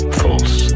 false